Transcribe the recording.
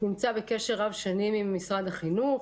נמצא בקשר רב שנים עם משרד החינוך,